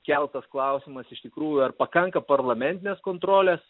keltas klausimas iš tikrųjų ar pakanka parlamentinės kontrolės